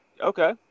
Okay